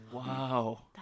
Wow